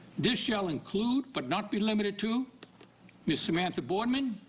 this shall include but not be limited to miss samantha boardman,